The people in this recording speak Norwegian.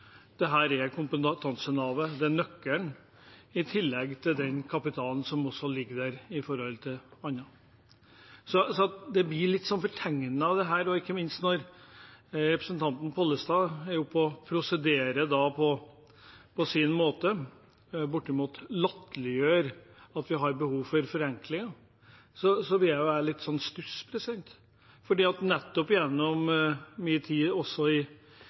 er kompetansenavet, det er nøkkelen, i tillegg til den kapitalen som ellers ligger der. Så det blir litt fortegnet dette også, ikke minst når representanten Pollestad er oppe og prosederer på sin måte og bortimot latterliggjør at vi har behov for forenklinger. Da blir jeg litt i stuss, for ut fra min tid i kommunestyrer osv. og det jeg har bedrevet der, kan jeg si at